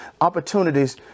opportunities